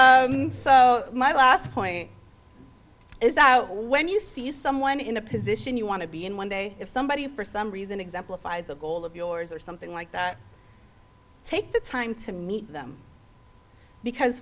but my last point is that when you see someone in a position you want to be in one day if somebody for some reason exemplifies the goal of yours or something like that take the time to meet them because